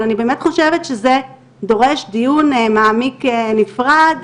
אבל אני באמת חושבת שזה דורש דיון מעמיק נפרד.